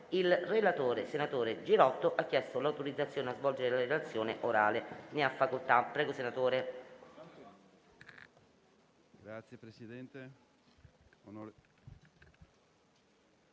Il relatore, senatore Girotto, ha chiesto l'autorizzazione a svolgere la relazione orale. Non facendosi